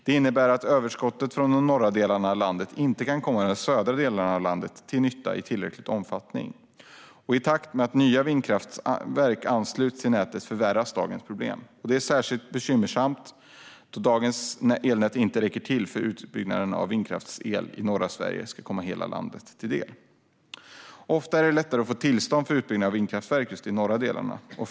Det innebär att överskottet från de norra delarna av landet inte kan komma de södra delarna till nytta i tillräcklig omfattning. I takt med att nya vindkraftverk ansluts till nätet förvärras dagens problem. Särskilt bekymmersamt är att dagens elnät inte räcker till för att utbyggnaden av vindkraftsel i norra Sverige ska komma hela landet till del. Ofta är det lättare att få tillstånd för utbyggnad av vindkraftverk i just de norra delarna av landet.